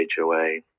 HOA